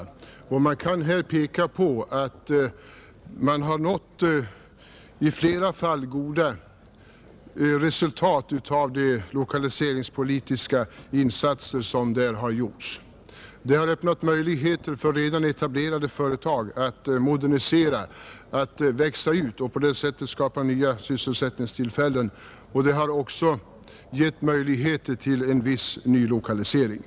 I flera fall har man nått goda resultat av de lokaliseringspolitiska insatser som där gjorts. De har öppnat möjligheter för redan etablerat företag att modernisera, att växa ut. På det sättet har det skapats nya sysselsättningstillfällen, och det har även givits möjligheter till en viss nylokalisering.